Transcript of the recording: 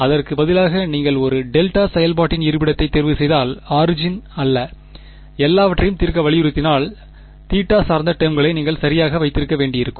அதற்கு பதிலாக நீங்கள் ஒரு டெல்டா செயல்பாட்டின் இருப்பிடத்தைத் தேர்வுசெய்தால் ஆரிஜின் அல்ல எல்லாவற்றையும் தீர்க்க வலியுறுத்தினால் தீட்டாவைச் சார்ந்த டெர்ம்களை நீங்கள் சரியாக வைத்திருக்க வேண்டியிருக்கும்